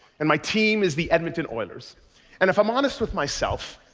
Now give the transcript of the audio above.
and my team is the edmonton oilers. and if i'm honest with myself,